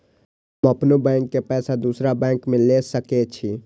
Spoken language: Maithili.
हम अपनों बैंक के पैसा दुसरा बैंक में ले सके छी?